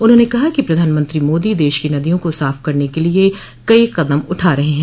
उन्होंने कहा कि प्रधानमंत्री मोदी देश की नदियों को साफ करने के लिए कई कदम उठा रहे हैं